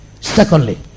Secondly